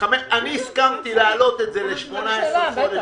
אני הסכמתי להעלות את זה ל-18 חודשים